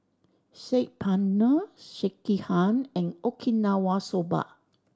Saag Paneer Sekihan and Okinawa Soba